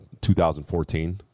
2014